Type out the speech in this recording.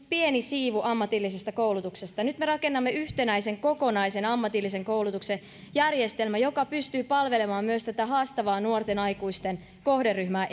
pieni siivu ammatillisesta koulutuksesta nyt me rakennamme yhtenäisen kokonaisen ammatillisen koulutuksen järjestelmän joka pystyy palvelemaan myös tätä haastavaa nuorten aikuisten kohderyhmää